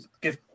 give